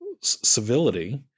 civility